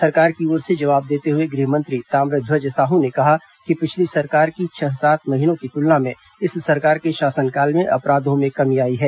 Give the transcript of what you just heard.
सरकार की ओर से जवाब देते हुए गृहमंत्री ताम्रध्वज साहू ने कहा कि पिछली सरकार की छह सात महीनों की तुलना में इस सरकार के शासनकाल में अपराधों में कमी आई है